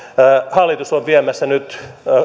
hallitus on sitä viemässä nyt